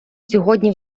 сьогодні